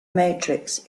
matrix